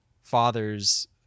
father's